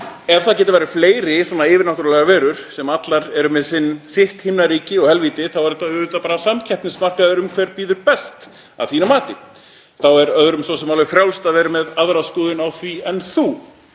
Ef það geta verið fleiri yfirnáttúrulegar verur sem allar eru með sitt himnaríki og helvíti þá er þetta auðvitað bara samkeppnismarkaður um hver býður best að þínu mati og þá er öðrum svo sem alveg frjálst að vera með aðra skoðun á því en þú,